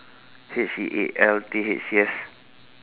H E A L T H yes